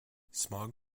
smog